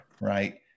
right